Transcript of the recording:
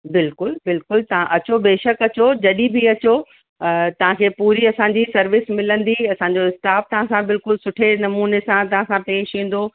बिल्कुलु बिल्कुलु तव्हां अचो बेशक अचो जॾहिं बि अचो तांखे पूरी असांजी सर्विस मिलंदी असांजो स्टाफ तव्हांसां बिल्कुलु सुठे नमूने सां तव्हांसां पेश ईंदो